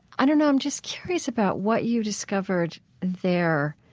i don't know. i'm just curious about what you discovered there,